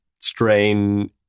strain